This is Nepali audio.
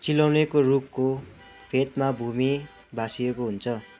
चिलाउनेको रुखको फेदमा भूमि भासिएको हुन्छ